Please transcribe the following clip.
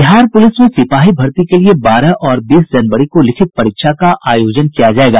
Bihar police में सिपाही भर्ती के लिए बारह और बीस जनवरी को लिखित परीक्षा का आयोजन किया जायेगा